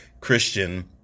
Christian